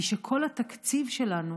הוא שכל התקציב שלנו